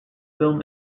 film